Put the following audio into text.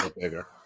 bigger